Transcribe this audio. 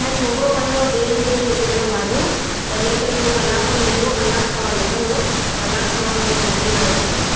छा आहे छोकिरो वियो आहे ॿिए हंधि ॾियण भाॼियूं त इन करे हू कलाक में ईंदो कलाकु सवा लॻंदो त कलाक सवा में मोकिलियांव थी पई